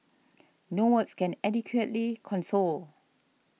no words can adequately console